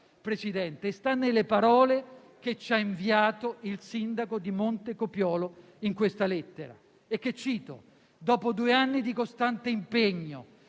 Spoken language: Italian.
Presidente, e sta nelle parole che ci ha inviato il sindaco di Montecopiolo in questa lettera, che cito: «Dopo due anni di costante impegno,